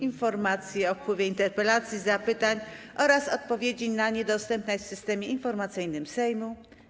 Informacja o wpływie interpelacji, zapytań oraz odpowiedzi na nie dostępna jest w Systemie Informacyjnym Sejmu.